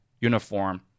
uniform